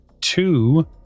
two